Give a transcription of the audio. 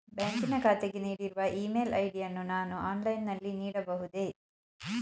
ಬ್ಯಾಂಕಿನ ಖಾತೆಗೆ ನೀಡಿರುವ ಇ ಮೇಲ್ ಐ.ಡಿ ಯನ್ನು ನಾನು ಆನ್ಲೈನ್ ನಲ್ಲಿ ನೀಡಬಹುದೇ?